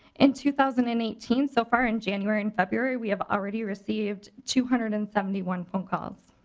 and two thousand and eighteen so far in january and february we have already received two hundred and seventy one phone calls.